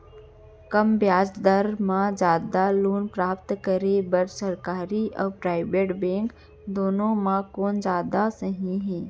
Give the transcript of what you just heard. कम ब्याज दर मा जादा लोन प्राप्त करे बर, सरकारी अऊ प्राइवेट बैंक दुनो मा कोन जादा सही हे?